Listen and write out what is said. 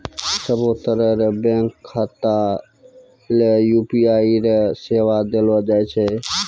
सभ्भे तरह रो बैंक खाता ले यू.पी.आई रो सेवा देलो जाय छै